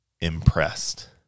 impressed